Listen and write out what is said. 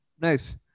Nice